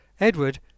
Edward